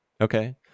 Okay